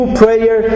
prayer